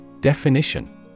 Definition